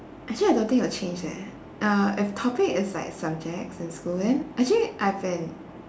actually I don't think it'll change eh uh if topic is like subjects in school then actually I've been